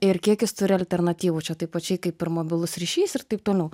ir kiek jis turi alternatyvų čia taip pačiai kaip ir mobilus ryšys ir taip toliau